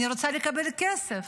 אני רוצה לקבל כסף,